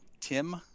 tim